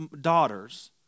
daughters